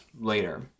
later